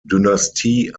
dynastie